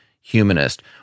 Humanist